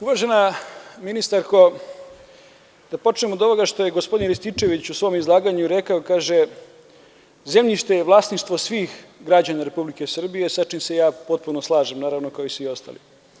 Uvažena ministarko, da počnem od ovoga što je gospodin Rističević rekao, pa kaže, zemljište je vlasništvo svih građana Republike Srbije, sa čim se ja potpuno slažem, naravno kao i svi ostali.